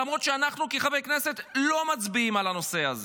למרות שאנחנו כחברי כנסת לא מצביעים על הנושא הזה,